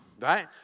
right